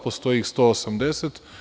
Postoji ih 180.